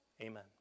Amen